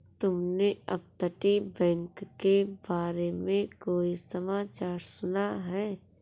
तुमने अपतटीय बैंक के बारे में कोई समाचार सुना है?